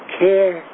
care